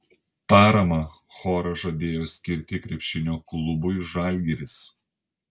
paramą choras žadėjo skirti krepšinio klubui žalgiris